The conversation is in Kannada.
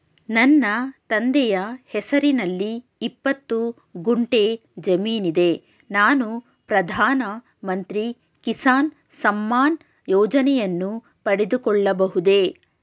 ನನ್ನ ತಂದೆಯ ಹೆಸರಿನಲ್ಲಿ ಇಪ್ಪತ್ತು ಗುಂಟೆ ಜಮೀನಿದೆ ನಾನು ಪ್ರಧಾನ ಮಂತ್ರಿ ಕಿಸಾನ್ ಸಮ್ಮಾನ್ ಯೋಜನೆಯನ್ನು ಪಡೆದುಕೊಳ್ಳಬಹುದೇ?